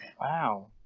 Wow